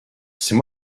c’est